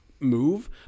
Move